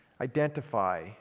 identify